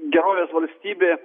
gerovės valstybė